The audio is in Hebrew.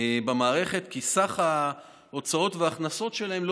במערכת כי סך ההוצאות וההכנסות שלהם לא